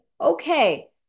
okay